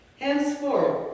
Henceforth